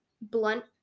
blunt